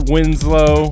Winslow